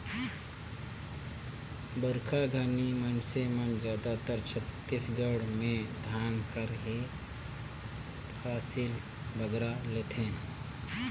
बरिखा घनी मइनसे मन जादातर छत्तीसगढ़ में धान कर ही फसिल बगरा लेथें